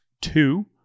two